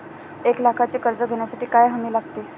एक लाखाचे कर्ज घेण्यासाठी काय हमी लागते?